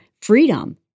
freedom